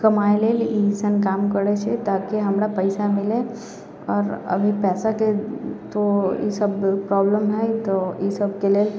कमाइ लेल एसन काम करै छै ताकि हमरा पैसा मिलै आओर अभी पैसाके तऽ ई सब प्रॉब्लम है ही तऽ ई सबके लेल